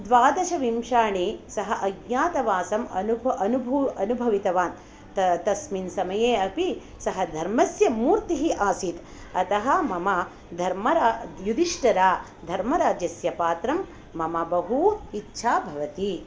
द्वादश वर्षाणि सः अज्ञातवासं अनुभवितवान् तस्मिन् समये अपि सः धर्मस्य मूर्तिः आसीत् अतः मम युधिष्ठिर धर्मराजस्य पात्रं मम बहु इच्छा भवति